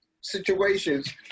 situations